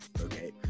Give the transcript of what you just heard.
okay